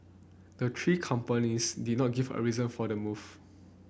the three companies did not give a reason for the move